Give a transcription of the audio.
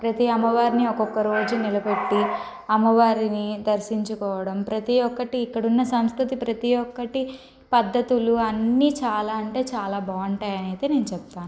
ప్రతి అమ్మవారిని ఒక్కొక్క రోజు నిలబెట్టి అమ్మవారిని దర్శించుకోవడం ప్రతీ ఒక్కటి ఇక్కడున్న సంస్కృతి ప్రతీ ఒక్కటి పద్ధతులు అన్నీ చాలా అంటే చాలా బాగుంటాయి అని అయితే నేను చెప్తాను